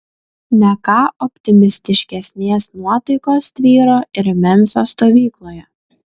ne ką optimistiškesnės nuotaikos tvyro ir memfio stovykloje